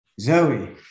Zoe